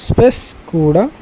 space కూడా